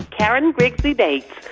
karen grigsby bates,